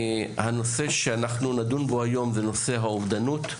הנושא שאנחנו נדון בו היום זה נושא האובדנות,